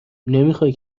نمیخای